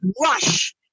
rush